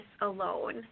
alone